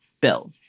bill